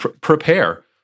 prepare